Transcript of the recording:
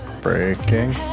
Breaking